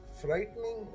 frightening